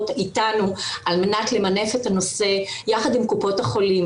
איתנו על מנת למנף את הנושא יחד עם קופות החולים.